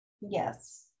Yes